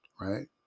right